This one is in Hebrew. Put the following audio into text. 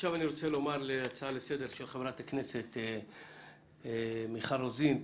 עכשיו אני רוצה להגיב להצעה לסדר של חברת הכנסת מיכל רוזין,